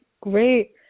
great